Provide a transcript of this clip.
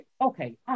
Okay